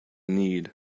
need